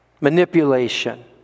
manipulation